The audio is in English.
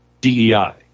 DEI